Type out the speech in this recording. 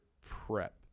prep